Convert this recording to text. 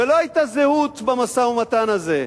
ולא היתה זהות במשא-ומתן הזה.